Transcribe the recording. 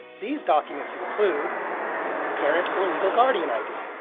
these documents include parent or legal guardian id,